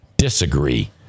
Disagree